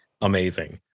amazing